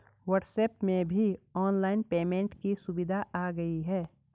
WhatsApp में भी online payment की सुविधा आ गई है